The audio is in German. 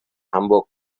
hamburg